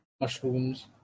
mushrooms